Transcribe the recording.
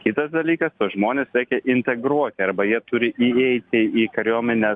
kitas dalykas tuos žmones reikia integruoti arba jie turi įeiti į kariuomenės